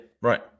Right